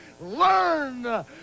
Learn